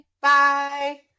Bye